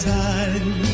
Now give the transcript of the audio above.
time